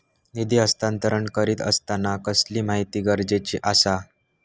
निधी हस्तांतरण करीत आसताना कसली माहिती गरजेची आसा?